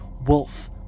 wolf